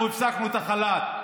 אנחנו הפסקנו את החל"ת.